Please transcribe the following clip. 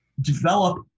develop